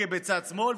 הגה בצד שמאל,